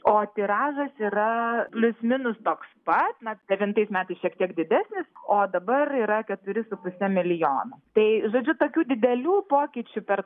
o tiražas yra plius minus toks pat na devintais metais šiek tiek didesnis o dabar yra keturi su puse milijono tai žodžiu tokių didelių pokyčių per